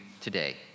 today